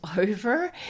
over